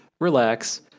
relax